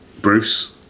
Bruce